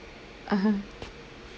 (uh huh)